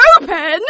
Open